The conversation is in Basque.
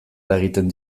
eragiten